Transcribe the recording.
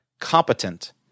competent